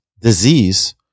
disease